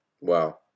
Wow